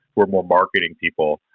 who are more marketing people,